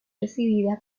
recibida